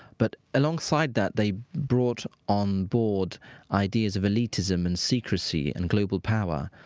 but alongside that they brought on board ideas of elitism and secrecy and global power.